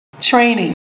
training